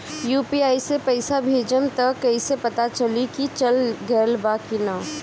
UPI से पइसा भेजम त कइसे पता चलि की चल गेल बा की न?